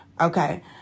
Okay